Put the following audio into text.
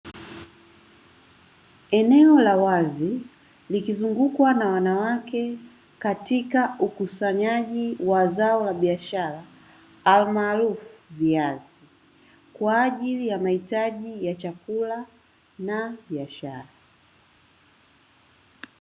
Eneo la wazi likizungukwa na wanawake katika ukusanyaji wa zao la biashara alimaarufu viazi, kwa ajili ya mahitaji ya chakula na biashara.